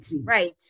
Right